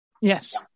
Yes